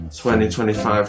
2025